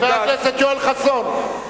חבר הכנסת יואל חסון.